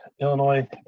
Illinois